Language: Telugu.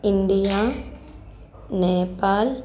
ఇండియా నేపాల్